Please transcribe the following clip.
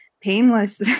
painless